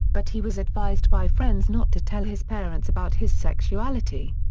but he was advised by friends not to tell his parents about his sexuality.